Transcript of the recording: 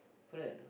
correct or not